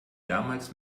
damals